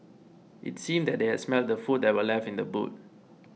it seemed that they had smelt the food that were left in the boot